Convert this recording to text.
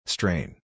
Strain